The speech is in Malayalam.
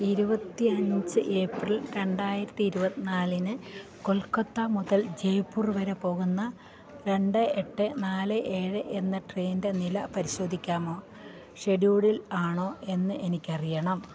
ഇരുപത്തിയഞ്ച് ഏപ്രിൽ രണ്ടായിരത്തി ഇരുപത്തി നാലിന് കൊൽക്കത്ത മുതൽ ജയ്പൂർ വരെ പോകുന്ന രണ്ട് എട്ട് നാല് ഏഴ് എന്ന ട്രെയിനിൻ്റെ നില പരിശോധിക്കാമോ ഷെഡ്യൂളിൽ ആണോ എന്ന് എനിക്കറിയണം